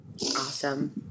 Awesome